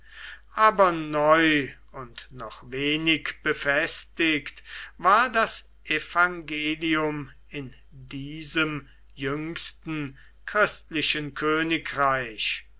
aber neu und noch wenig befestigt war das evangelium in diesem jüngsten christlichen königreich